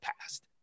past